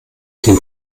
den